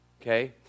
okay